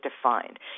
defined